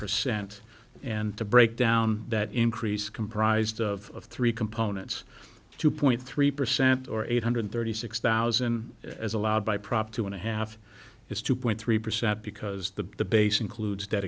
percent and to break down that increase comprised of three components two point three percent or eight hundred thirty six thousand as allowed by prop two and a half is two point three percent because the base includes